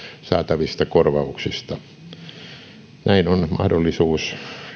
saatavista korvauksista näin on mahdollisuus